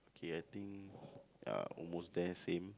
K I think uh almost there same